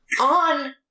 on